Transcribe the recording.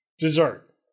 Dessert